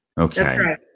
Okay